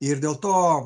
ir dėl to